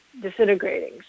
disintegrating